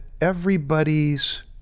everybody's